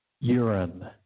urine